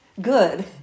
good